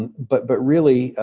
and but but really,